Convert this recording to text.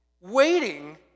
waiting